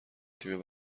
تیم